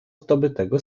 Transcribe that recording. zdobytego